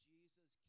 Jesus